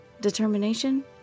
Determination